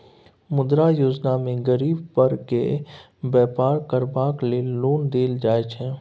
मुद्रा योजना मे गरीब बर्ग केँ बेपार करबाक लेल लोन देल जाइ छै